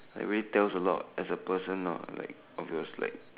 it really tells a lot as a person or you like obviously